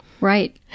Right